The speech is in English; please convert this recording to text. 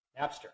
Napster